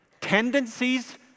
tendencies